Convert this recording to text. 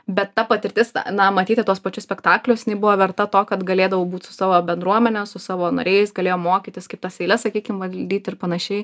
bet ta patirtis ta na matyti tuos pačius spektaklius jinai buvo verta to kad galėdavau būt su savo bendruomene su savo nariais galėjom mokytis kaip tas eiles sakykim valdyt ir panašiai